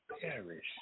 perish